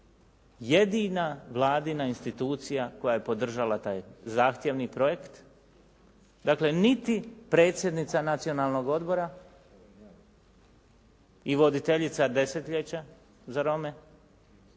jedina vladina institucija koja je podržala taj zahtjevni projekt dakle niti predsjednica Nacionalnog odbora i voditeljica desetljeća za Rome